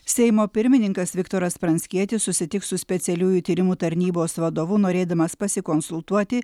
seimo pirmininkas viktoras pranckietis susitiks su specialiųjų tyrimų tarnybos vadovu norėdamas pasikonsultuoti